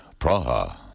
Praha